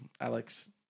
Alex